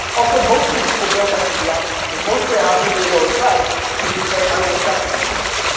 also, mostly people don't exit the auction. so mostly, i offer you a lower price and you say i will accept a lower price.